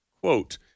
Quote